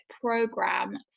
program